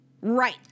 Right